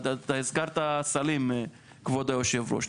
הזכרת סלים, כבוד היושב-ראש.